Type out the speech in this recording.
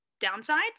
downsides